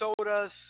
sodas